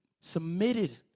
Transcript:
submitted